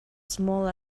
small